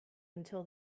until